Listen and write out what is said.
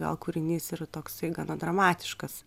gal kūrinys yra toksai gana dramatiškas